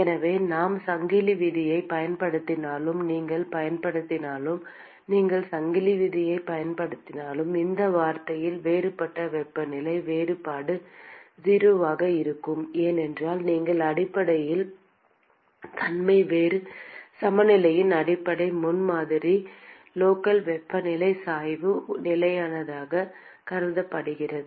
எனவே நாம் சங்கிலி விதியைப் பயன்படுத்தினாலும் நீங்கள் பயன்படுத்தலாம் நீங்கள் சங்கிலி விதியைப் பயன்படுத்தினாலும் இந்த வார்த்தையில் வேறுபட்ட வெப்பநிலை வேறுபாடு 0 ஆக இருக்கும் ஏனென்றால் நீங்கள் அடிப்படையின் தன்மை வேறுபாடு சமநிலையின் அடிப்படை முன்மாதிரி லோக்கல் வெப்பநிலை சாய்வு நிலையானதாக கருதப்படுகிறது